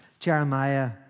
Jeremiah